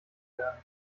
werden